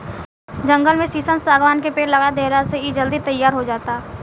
जंगल में शीशम, शागवान के पेड़ लगा देहला से इ जल्दी तईयार हो जाता